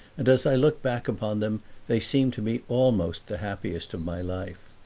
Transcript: and as i look back upon them they seem to me almost the happiest of my life.